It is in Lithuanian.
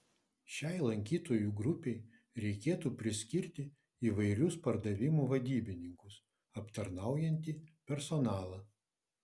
šiai lankytojų grupei reikėtų priskirti įvairius pardavimų vadybininkus aptarnaujantį personalą